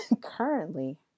currently